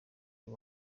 uyu